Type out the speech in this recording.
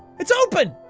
it's open!